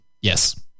Yes